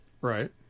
Right